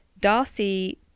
Darcy